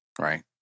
right